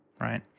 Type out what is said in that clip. right